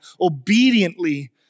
obediently